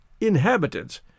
inhabitants